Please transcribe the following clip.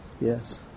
Yes